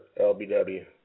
LBW